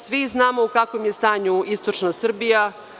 Svi znamo u kakvom je stanju istočna Srbija.